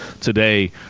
today